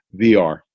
VR